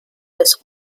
des